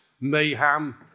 mayhem